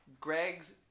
Greg's